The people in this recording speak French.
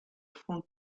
font